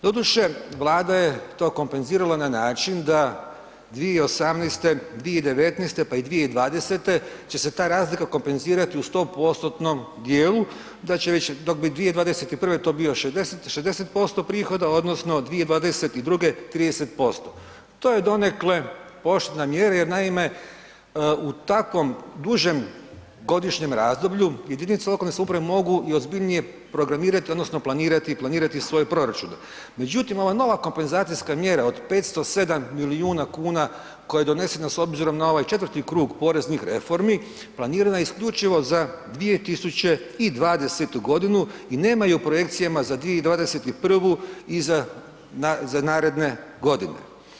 Doduše, Vlada je to kompenzirala na način da 2018., 2019., pa i 2020. će se ta razlika kompenzirati u 100%-tnom dijelu, da će već, dok bi 2021. to bio 60, 60% prihoda odnosno 2022. 30%, to je donekle pooštrena mjera jer naime u takvom dužem godišnjem razdoblju jedinice lokalne samouprave mogu i ozbiljnije programirati odnosno planirati i planirati svoj proračun, međutim ova nova kompenzacijska mjera od 507 milijuna kuna koja je donesena s obzirom na ovaj četvrti krug poreznih reformi planirana je isključivo za 2020.g. i nema je u projekcijama za 2021. i za, za naredne godine.